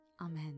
Amen